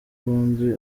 bombi